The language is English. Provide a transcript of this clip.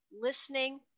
Listening